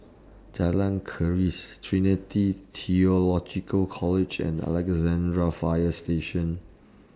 Jalan Keris Trinity Theological College and Alexandra Fire Station